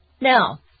Now